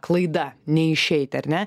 klaida neišeiti ar ne